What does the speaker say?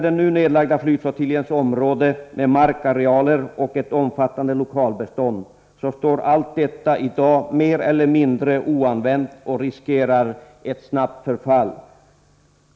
Den nu nedlagda flygflottiljens område, med markarealer och ett omfattande lokalbestånd, står i dag mer eller mindre oanvänt. Risken finns att allt detta snabbt förfaller.